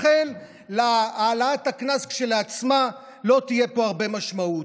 לכן להעלאת הקנס כשלעצמה לא תהיה פה הרבה משמעות.